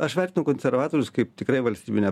aš vertinu konservatorius kaip tikrai valstybinę